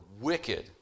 wicked